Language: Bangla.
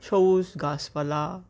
সবুজ গাছপালা